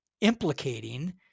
implicating